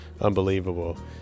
Unbelievable